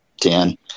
ten